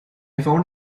found